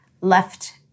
left